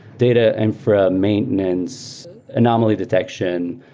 data infra, maintenance, anomaly detection,